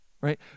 Right